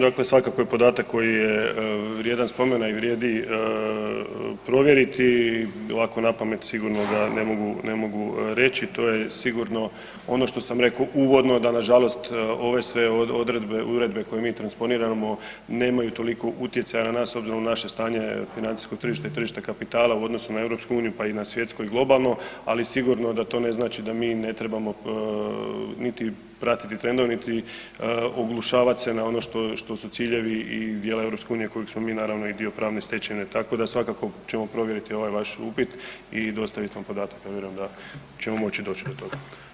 Dakle svakako podatak koji je vrijedan spomena i vrijedi provjeriti, ovako napamet sigurno da ne mogu reći, to je sigurno ono što sam rekao uvodno, da nažalost ove sve odredbe, uredbe koje mi transponiramo, nemaju toliko utjecaja na nas s obzirom na naše stanje financijskog tržišta i tržišta kapitala u odnosu na EU pa i na svjetsku i globalno ali sigurno da to ne znači da mi ne trebamo niti pratiti trendove niti oglušavat se na ono što su ciljevi i djela EU-a kojeg smo mi naravno i dio pravne stečevine, tako da svakako ćemo provjeriti ovaj vaš upit i dostavit vam podatak, ja vjerujem da ćemo moći doći do toga.